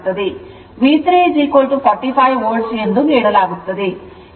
V3 45 volt ಎಂದು ನೀಡಲಾಗುತ್ತದೆ